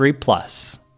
Plus